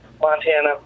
Montana